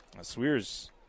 Swears